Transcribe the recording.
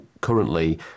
currently